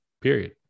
Period